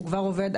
הוא כבר עובד,